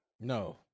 No